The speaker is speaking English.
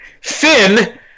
Finn